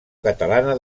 catalana